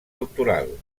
doctoral